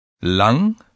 Lang